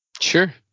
sure